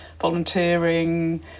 volunteering